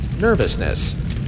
nervousness